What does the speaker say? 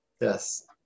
Yes